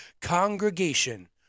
congregation